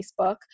Facebook